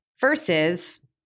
Versus